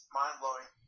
mind-blowing